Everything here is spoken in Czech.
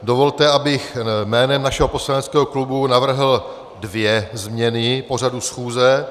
Dovolte, abych jménem našeho poslaneckého klubu navrhl dvě změny pořadu schůze.